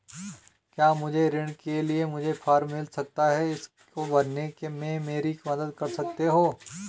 क्या मुझे ऋण के लिए मुझे फार्म मिल सकता है इसको भरने में मेरी मदद कर सकते हो?